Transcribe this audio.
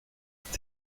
ist